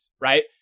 right